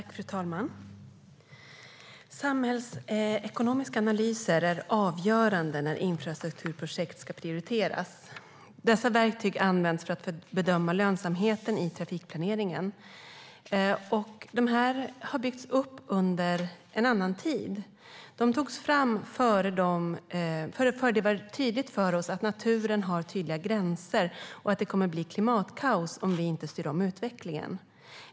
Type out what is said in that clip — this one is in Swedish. Fru talman! Samhällsekonomiska analyser är avgörande när infrastrukturprojekt ska prioriteras. Dessa verktyg används för att bedöma lönsamheten i trafikplaneringen. De har byggts upp under en annan tid. De togs fram innan det var tydligt för oss att naturen har tydliga gränser och att det kommer att bli klimatkaos om vi inte styr om utvecklingen.